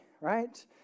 Right